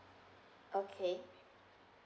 okay